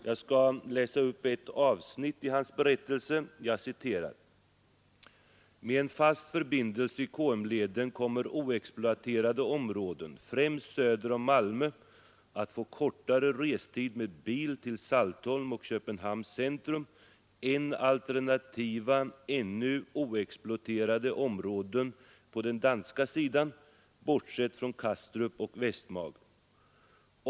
Jag skall läsa upp ett avsnitt av hans berättelse: ”Med en fast förbindelse i KM-leden kommer oexploaterade områden främst söder om Malmö att få kortare restid med bil till Saltholm och Köpenhamns centrum än alternativa ännu oexploaterade områden på den danska sidan bortsett från Kastrup och Vestamager.